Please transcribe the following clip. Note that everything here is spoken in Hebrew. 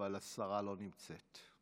אבל השרה לא נמצאת.